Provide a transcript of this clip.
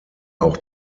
auch